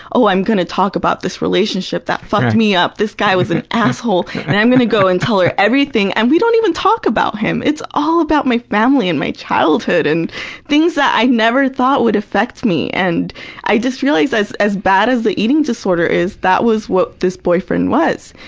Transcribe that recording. oh, i'm gonna talk about this relationship that fucked me up. this guy was an asshole, and i'm gonna go and tell her everything, and we don't even talk about him! it's all about my family and my childhood and things that i never thought would affect me. and i just realized, as as bad as the eating disorder is, that was what this boyfriend was.